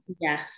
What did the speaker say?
yes